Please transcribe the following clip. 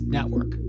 Network